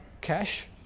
cash